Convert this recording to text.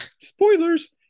spoilers